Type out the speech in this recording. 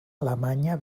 alemanya